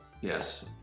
Yes